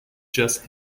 just